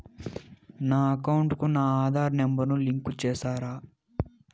నా అకౌంట్ కు నా ఆధార్ నెంబర్ ను లింకు చేసారా